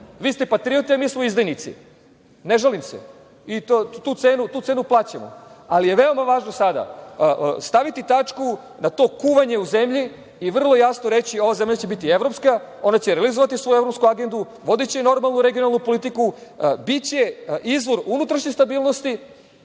vi ste patriote, a mi smo izdajnici. Ne žalim se i tu cenu plaćamo, ali je veoma važno sada staviti tačku na to kuvanje u zemlji i vrlo jasno reći – ova zemlja će biti evropska, ona će realizovati svoju evropsku agendu, vodiće normalnu regionalnu politiku, biće izvor unutrašnje stabilnosti,